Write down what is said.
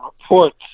reports